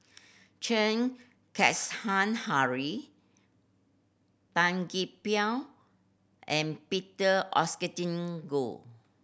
Chen Henri Tan Gee Paw and Peter Goh